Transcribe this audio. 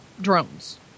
Drones